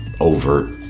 overt